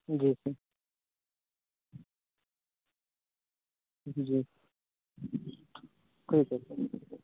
जी sir जी कोई बात नहीं है सर